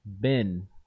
bin